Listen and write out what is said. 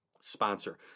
sponsor